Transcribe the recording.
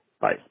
Bye